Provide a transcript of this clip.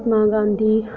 Mahatma Gandhi